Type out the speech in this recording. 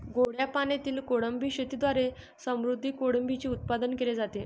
गोड्या पाण्यातील कोळंबी शेतीद्वारे समुद्री कोळंबीचे उत्पादन केले जाते